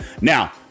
Now